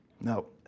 No